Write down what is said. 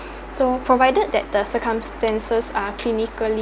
so provided that the circumstances are clinically